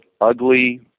ugly